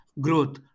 growth